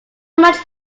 much